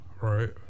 Right